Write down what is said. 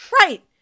Right